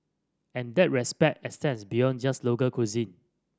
and that respect extends beyond just local cuisine